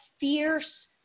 fierce